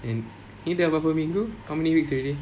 and ni dah berapa minggu how many weeks already